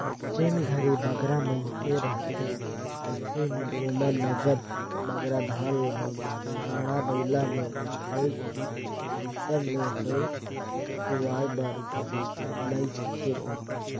जेन घरे बगरा मइनसे रहथें अइसे में ओमन नगद बगरा धान ल गाड़ा बइला में होए कि टेक्टर में होए कुटवाए बर लेइजथें